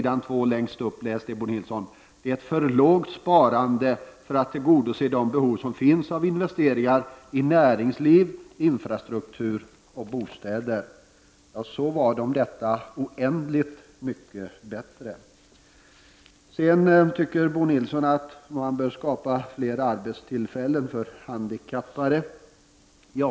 Dessutom står det att sparandet är för litet för att tillgodose de behov som finns av investeringar i näringsliv, infrastruktur och bostäder. Läs detta Bo Nilsson! Så var det alltså med detta ”oändligt mycket bättre”. Bo Nilsson anser att det bör skapas fler arbetstillfällen för de handikappade.